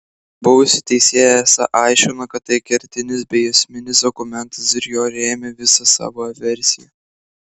buvusi teisėja esą aiškino kad tai kertinis bei esminis dokumentas ir juo rėmė visą savo versiją